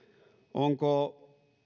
ovatko